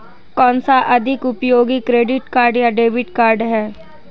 कौनसा अधिक उपयोगी क्रेडिट कार्ड या डेबिट कार्ड है?